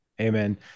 Amen